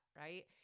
right